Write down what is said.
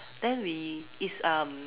then we is um